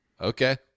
okay